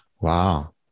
Wow